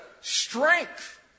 strength